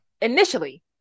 Initially